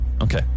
Okay